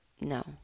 No